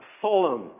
solemn